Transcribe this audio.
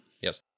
Yes